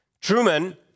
Truman